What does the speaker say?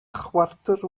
chwarter